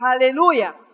Hallelujah